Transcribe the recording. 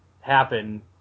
happen